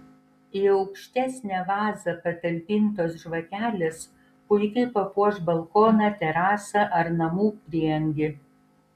į aukštesnę vazą patalpintos žvakelės puikiai papuoš balkoną terasą ar namų prieangį